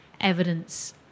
evidence